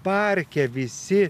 parke visi